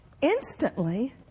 instantly